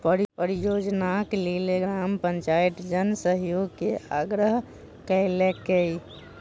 परियोजनाक लेल ग्राम पंचायत जन सहयोग के आग्रह केलकै